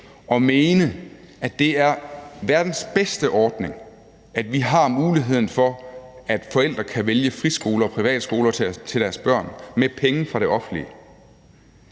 og mene, at det er verdens bedste ordning, at vi har muligheden for, at forældre kan vælge friskoler og privatskoler til deres børn med penge fra det offentlige,